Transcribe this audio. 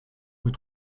mit